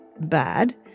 bad